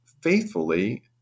faithfully